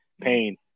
pain